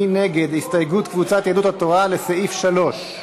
מי נגד הסתייגות קבוצת יהדות התורה לסעיף 3?